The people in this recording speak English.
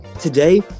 Today